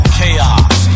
chaos